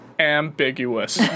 Ambiguous